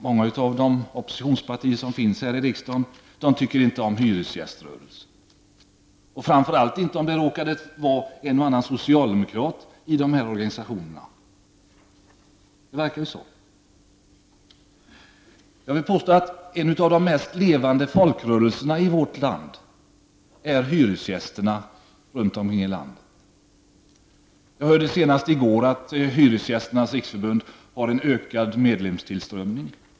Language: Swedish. Många av oppositionspartierna här i riksdagen tycker inte om hyresgäströrelsen och framför allt inte om det råkar finnas en eller annan socialdemokrat i organisationen. Det verkar så. Jag vill påstå att hyresgästerna runt om i landet utgör en av de mest levande folkrörelserna i vårt land. Jag hörde senast i går att Hyresgästernas riksförbund har en ökad medlemstillströmning.